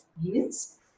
years